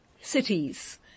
cities